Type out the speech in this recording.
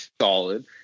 solid